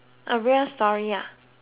ya